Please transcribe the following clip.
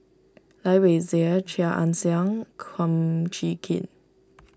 Lai Weijie Chia Ann Siang Kum Chee Kin